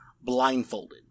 blindfolded